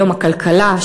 היום הכלכלה.